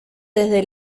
desde